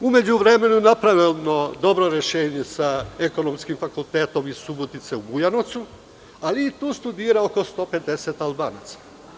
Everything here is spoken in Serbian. U međuvremenu napravljeno je dobro rešenje sa ekonomskim fakultetom iz Subotice u Bujanovcu, ali i tu studira oko 150 Albanaca.